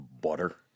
butter